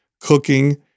cooking